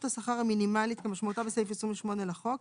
השכר המינימלית כמשמעותה בסעיף 28 לחוק,